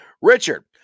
Richard